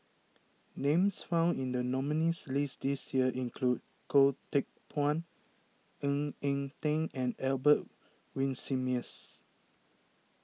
names found in the nominees' list this year include Goh Teck Phuan Ng Eng Teng and Albert Winsemius